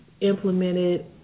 implemented